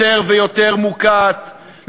יותר ויותר מוקעת,